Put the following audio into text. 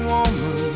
Woman